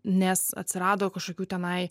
nes atsirado kažkokių tenai